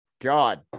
God